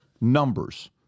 numbers